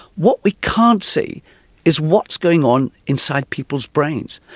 what we can't see is what's going on inside people's brains,